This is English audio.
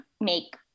make